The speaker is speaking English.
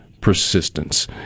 persistence